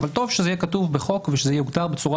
אבל טוב שזה יהיה כתוב בחוק ושזה יוגדר בצורה